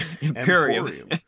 Imperium